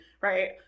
right